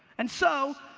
and so,